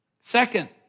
Second